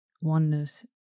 oneness